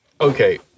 Okay